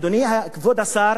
אדוני כבוד השר,